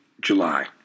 July